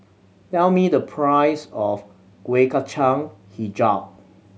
tell me the price of Kueh Kacang Hijau